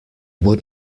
would